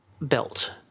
belt